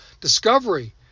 discovery